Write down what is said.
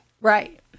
Right